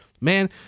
Man